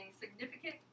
significant